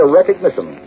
recognition